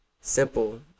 simple